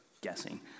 guessing